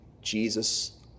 Jesus